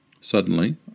Suddenly